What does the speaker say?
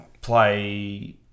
play